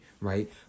right